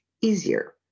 easier